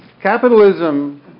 Capitalism